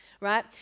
right